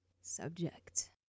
subject